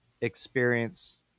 experience